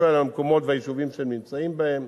כול על המקומות והיישובים שהם נמצאים בהם.